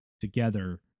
together